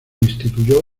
instituyó